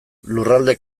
lurralde